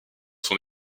son